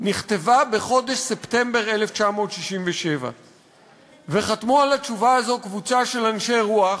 נכתבה בחודש ספטמבר 1967. וחתמו על התשובה הזו קבוצה של אנשי רוח,